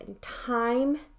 Time